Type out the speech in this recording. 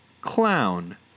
Clown